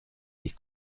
les